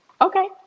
Okay